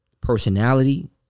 personality